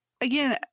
again